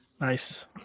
Nice